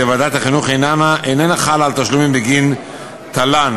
ועדת החינוך איננה חלה על תשלומים בגין תל"ן,